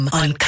on